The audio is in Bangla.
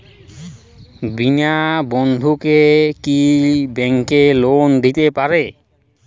বিনা বন্ধকে কি ব্যাঙ্ক লোন দিতে পারে?